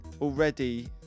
already